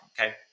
okay